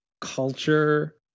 culture